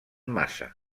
massa